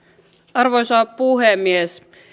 arvoisa puhemies